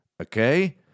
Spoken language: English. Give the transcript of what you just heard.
Okay